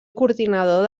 coordinador